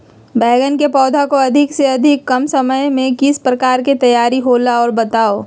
बैगन के पौधा को अधिक से अधिक कम समय में किस प्रकार से तैयारियां होला औ बताबो है?